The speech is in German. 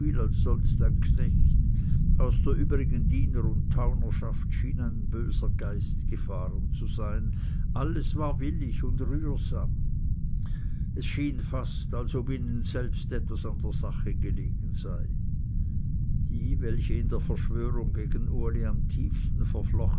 sonst ein knecht aus der übrigen diener und taunerschaft schien ein böser geist gefahren zu sein es war alles willig und rührsam es schien fast als ob ihnen selbst etwas an der sache gelegen sei die welche in der verschwörung gegen uli am tiefsten verflochten